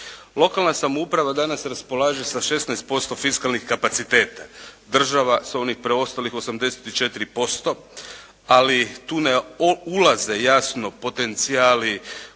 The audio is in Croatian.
Lokalna samouprava danas raspolaže sa 16% fiskalnih kapaciteta, država sa onih preostalih 84%, ali tu ne ulaze jasno potencijali